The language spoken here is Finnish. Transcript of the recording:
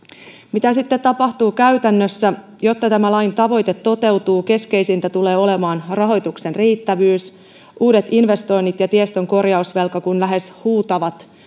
mitä sitten tapahtuu käytännössä jotta lain tavoite toteutuu keskeisintä tulee olemaan rahoituksen riittävyys uudet investoinnit ja tiestön korjausvelka kun lähes huutavat